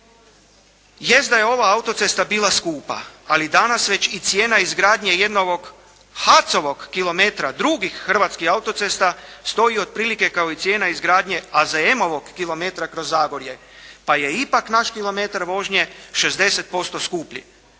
Jest da je ova autocesta bila skupa, ali danas već i cijena izgradnje jednog ovog Hatzovog kilometra drugih hrvatskih autocesta stoji otprilike kao i cijena izgradnje, a za Emovog kilometra kroz Zagorje pa je ipak naš kilometar vožnje 60% skuplji.